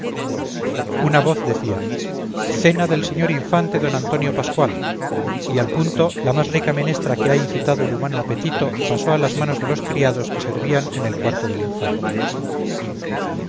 una voz decía cena del señor infante d antonio pascual y al punto la más rica menestra que ha incitado el humano apetito pasó a manos de los criados que servían en el cuarto del infante